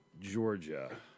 Georgia